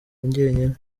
njyenyine